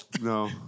No